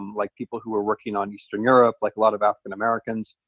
um like people who were working on eastern europe, like a lot of african americans,